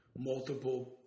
multiple